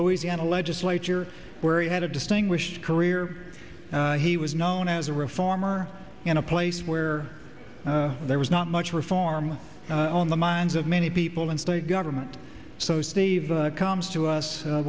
louisiana legislature where he had a distinguished career he was known as a reformer in a place where there was not much reform on the minds of many people in state government so steve comes to us